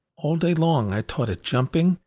all day long i taught it jumping,